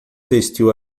vestiu